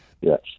Yes